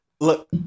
Look